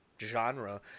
genre